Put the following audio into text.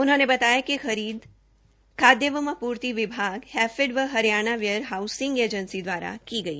उनहोंने बताया कि खरीद खाद्य एवं आपूर्ति विभाग हैफेड व हरियाणा वेयर हाउसिंग ऐंजसी द्वारा की गई